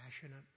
passionate